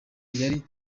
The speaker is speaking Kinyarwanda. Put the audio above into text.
yari